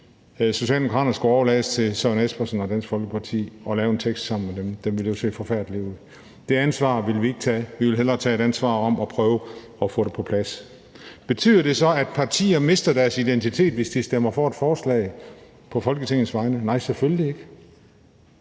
Socialdemokraterne skulle overlades til at lave en tekst sammen med Søren Espersen og Dansk Folkeparti. Den ville jo se forfærdelig ud. Det ansvar vil vi ikke påtage os. Vi vil hellere tage et ansvar for at prøve at få det på plads. Betyder det så, at partier mister deres identitet, hvis de på Folketingets vegne stemmer for et forslag? Nej, selvfølgelig ikke.